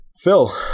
Phil